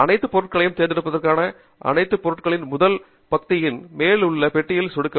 அனைத்து பொருட்களையும் தேர்ந்தெடுப்பதற்கான அனைத்து பொருட்களின் முதல் பத்தியின் மேல் உள்ள பெட்டியில் சொடுக்கவும்